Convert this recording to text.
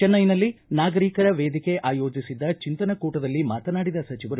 ಚೆನ್ನೈನಲ್ಲಿ ನಾಗರಿಕರ ವೇದಿಕೆ ಆಯೋಜಿಸಿದ್ದ ಚಿಂತನ ಕೂಟದಲ್ಲಿ ಮಾತನಾಡಿದ ಸಚಿವರು